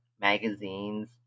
magazines